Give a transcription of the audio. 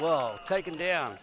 well taken down